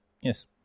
Yes